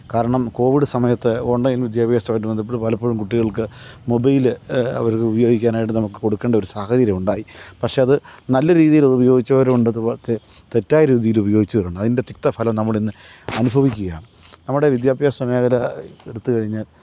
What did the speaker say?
കാരണം കോവിഡ് സമയത്ത് ഓണ്ലൈന് വിദ്യാഭ്യാസവുമായിട്ട് ബന്ധപ്പെട്ട് പലപ്പോഴും കുട്ടികള്ക്ക് മൊബൈല് അവരത് ഉപയോഗിക്കാനായിട്ട് നമുക്ക് കൊടുക്കേണ്ട ഒരു സാഹചര്യം ഉണ്ടായി പക്ഷെ അത് നല്ല രീതിയിലതുപയോഗിച്ചവരുമുണ്ട് അതുപോലത്തെ തെറ്റായ രീതിയിലുപയോഗിച്ചവരുമുണ്ട് അതിന്റെ തിക്തഫലവും നമ്മളിന്ന് അനുഭവിക്കുകയാണ് നമ്മുടെ വിദ്യാഭ്യാസമേഖല എടുത്തുകഴിഞ്ഞാൽ